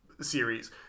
series